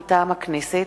מטעם הכנסת: